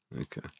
Okay